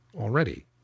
already